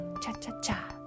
cha-cha-cha